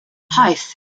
hythe